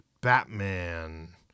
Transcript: Batman